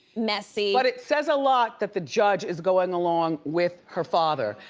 messy. but it says a lot that the judge is going along with her father.